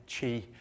Chi